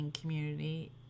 community